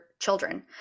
children